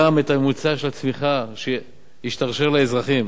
גם את הממוצע של הצמיחה, שישתרשר לאזרחים,